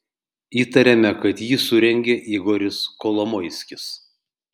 įtariame kad jį surengė igoris kolomoiskis